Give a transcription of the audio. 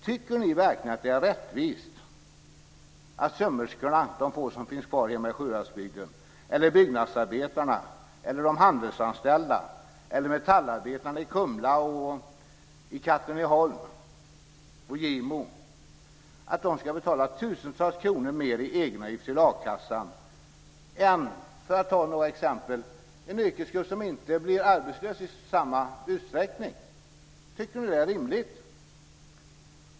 Tycker ni verkligen att det är rättvist att sömmerskorna - de få som finns kvar hemma i Sjuhäradsbygden - eller byggnadsarbetarna, eller de handelsanställda, eller metallarbetarna i Kumla, Katrineholm och Gimo ska betala tusentals kronor mer i egenavgift till a-kassan än, för att ta ett exempel, de som har ett yrke där man inte blir arbetslös i samma utsträckning? Tycker ni att det är rimligt?